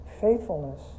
faithfulness